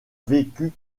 vécu